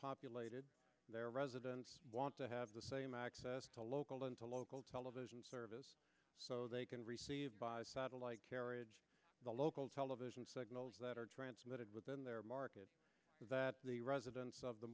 populated their residents want to have the same access to local into local television service so they can receive satellite kerridge the local television signals that are transmitted within their market that the residents of the